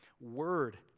word